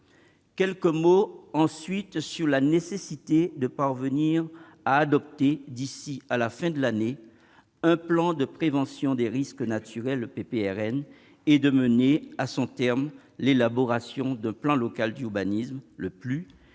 Quelques mots, ensuite, sur la nécessité de parvenir à adopter, d'ici à la fin de l'année, un plan de prévention des risques naturels prévisibles et de mener à son terme l'élaboration d'un plan local d'urbanisme mis en